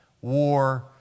war